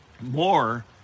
More